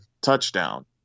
touchdown